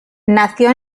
nació